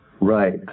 Right